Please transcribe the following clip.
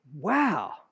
wow